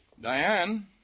Diane